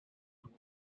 plus